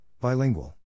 Bilingual